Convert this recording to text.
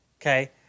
okay